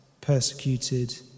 persecuted